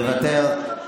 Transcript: מוותר.